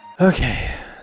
okay